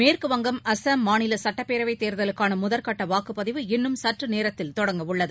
மேற்கு வங்கம் அஸ்ஸாம் மாநில சுட்டப்பேரவை தேர்தலுக்கான முதல்கட்ட வாக்குப்பதிவு இன்னும் சற்று நோத்தில் தொடங்கவுள்ளது